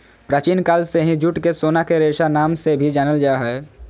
प्राचीन काल से ही जूट के सोना के रेशा नाम से भी जानल जा रहल हय